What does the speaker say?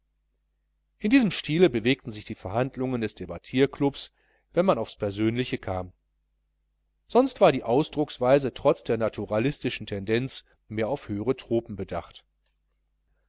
in diesem stile bewegten sich die verhandlungen des debattierklubs wenn man aufs persönliche kam sonst war die ausdrucksweise trotz der naturalistischen tendenz mehr auf höhere tropen bedacht